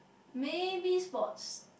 maybe sports